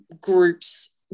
groups